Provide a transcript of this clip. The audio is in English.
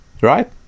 right